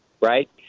right